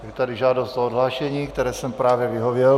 Je tady žádost o odhlášení, které jsem právě vyhověl.